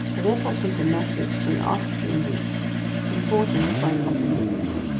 i therefore sent a message to an artist in boots, importing, with my compliments,